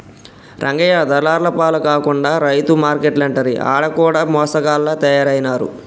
రంగయ్య దళార్ల పాల కాకుండా రైతు మార్కేట్లంటిరి ఆడ కూడ మోసగాళ్ల తయారైనారు